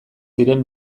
ziren